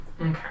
Okay